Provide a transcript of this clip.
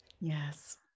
Yes